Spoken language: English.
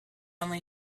only